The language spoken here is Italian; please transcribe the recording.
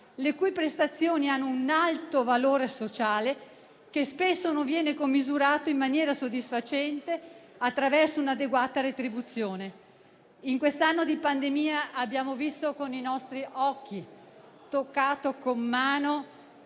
le sue prestazioni abbiano un alto valore sociale che spesso non viene commisurato in maniera soddisfacente attraverso un'adeguata retribuzione. In quest'anno di pandemia abbiamo visto con i nostri occhi e toccato con mano